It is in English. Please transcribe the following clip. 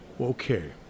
Okay